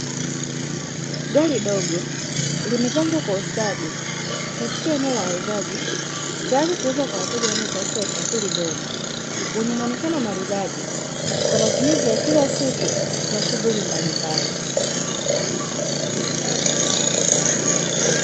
Gari dogo limepangwa kwa ustadi katika eneo la wauzaji, tayari kuuzwa kwa wateja wanaotafuta usafiri bora lenye muonekano maridadi za kila siku kwa jili ya shughuli mbalimbali.